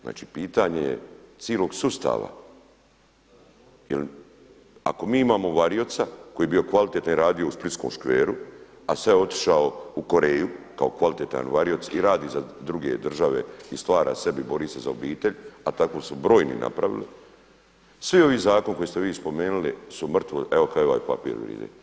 Znači pitanje je cilog sustava jel ako mi imamo varioca koji je bio kvalitetan i radio u splitskom Škveru, a sada je otišao u Koreju kao kvalitetan varioc i radi za druge države i stvara sebi, bori se za obitelj, a tko su brojni napravili, svi ovi zakoni koje ste vi spomenuli su mrtvo, evo kao i ovaj papir vrijedi.